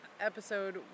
episode